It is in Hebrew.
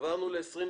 עברנו לסעיף